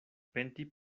penti